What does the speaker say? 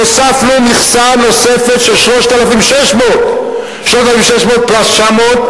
הוספנו מכסה נוספת של 3,600. 3,600 פלוס 900,